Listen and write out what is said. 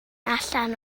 allan